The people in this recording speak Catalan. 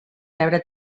rebre